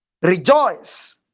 rejoice